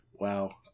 Wow